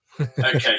Okay